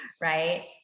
Right